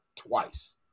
twice